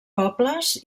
pobles